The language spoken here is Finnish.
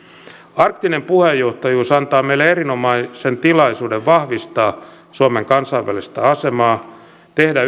arktinen puheenjohtajuus antaa meille erinomaisen tilaisuuden vahvistaa suomen kansainvälistä asemaa tehdä